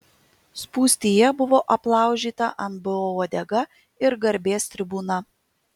spūstyje buvo aplaužyta anbo uodega ir garbės tribūna